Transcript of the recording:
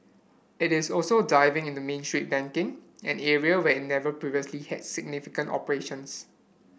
it is also diving into Main Street banking an area where it never previously had significant operations